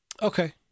okay